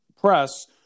press